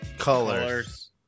colors